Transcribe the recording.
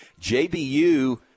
JBU